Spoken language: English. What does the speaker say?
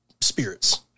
spirits